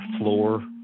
floor